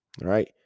right